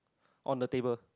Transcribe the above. on the table